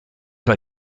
war